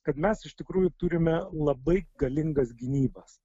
kad mes iš tikrųjų turime labai galingas gynybas